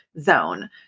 zone